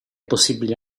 possibile